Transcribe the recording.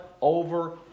over